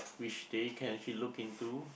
which they can actually look into